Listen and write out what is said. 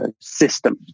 system